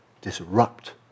disrupt